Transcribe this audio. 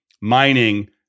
mining